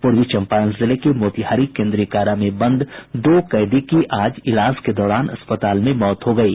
पूर्वी चंपारण जिले के मोतिहारी केन्द्रीय कारा में बंद दो कैदी की आज इलाज के दौरान अस्पताल में मौत हो गयी